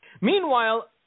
Meanwhile